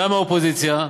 גם מהאופוזיציה,